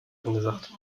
angesagt